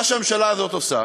מה שהממשלה הזאת עושה